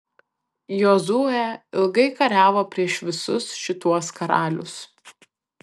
jozuė ilgai kariavo prieš visus šituos karalius